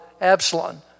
Absalom